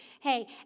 hey